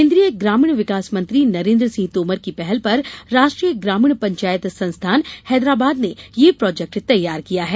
केन्द्रीय ग्रामीण विकास मंत्री नरेन्द्र सिंह तोमर की पहल पर राष्ट्रीस ग्रामीण पंचायत संस्थान हैदराबाद ने यह प्रोजेक्ट तैयार किया है